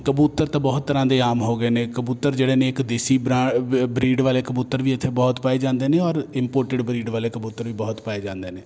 ਕਬੂਤਰ ਤਾਂ ਬਹੁਤ ਤਰ੍ਹਾਂ ਦੇ ਆਮ ਹੋ ਗਏ ਨੇ ਕਬੂਤਰ ਜਿਹੜੇ ਨੇ ਇੱਕ ਦੇਸੀ ਬਰਾਂਡ ਬਰੀਡ ਵਾਲੇ ਕਬੂਤਰ ਵੀ ਇੱਥੇ ਬਹੁਤ ਪਾਏ ਜਾਂਦੇ ਨੇ ਔਰ ਇਮਪੋਰਟਡ ਬਰੀਡ ਵਾਲੇ ਕਬੂਤਰ ਵੀ ਬਹੁਤ ਪਾਏ ਜਾਂਦੇ ਨੇ